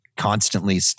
constantly